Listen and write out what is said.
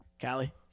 Callie